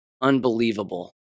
Unbelievable